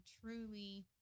truly